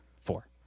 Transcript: Four